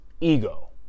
ego